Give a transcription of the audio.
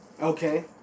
Okay